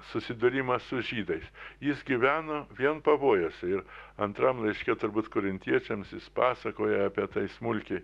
susidūrimas su žydais jis gyveno vien pavojuose ir antram laiške turbūt korintiečiams jis pasakoja apie tai smulkiai